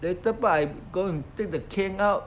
later part I going to take the cane out